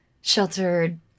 sheltered